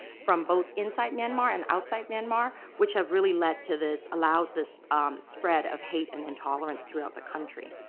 from both inside myanmar and outside myanmar, which have really led to this, allowed this spread of hate and intolerance throughout the country.